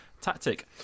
tactic